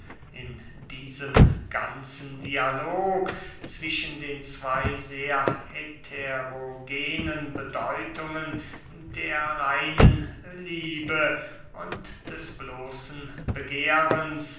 in diesem ganzen dialog zwischen den zwey sehr heterogenen bedeutungen der reinen liebe und des bloßen begehrens